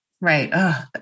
Right